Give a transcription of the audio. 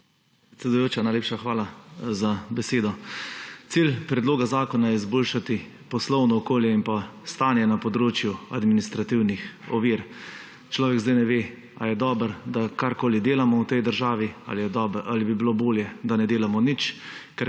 Predsedujoča, najlepša hvala za besedo. Cilj predloga zakona je izboljšati poslovno okolje in stanje na področju administrativnih ovir. Človek zdaj ne ve, ali je dobro, da karkoli delamo v tej državi, ali bi bilo bolje, da ne delamo nič,